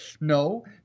No